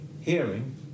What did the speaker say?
hearing